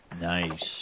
Nice